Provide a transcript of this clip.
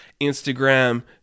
Instagram